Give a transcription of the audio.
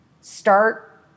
Start